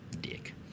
dick